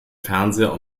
fernseher